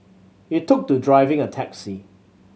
he took to driving a taxi